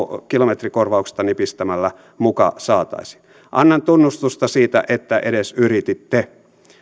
kilometrikorvauksista nipistämällä muka saataisiin annan tunnustusta siitä että edes yrititte